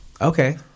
Okay